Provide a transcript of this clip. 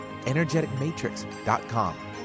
energeticmatrix.com